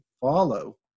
follow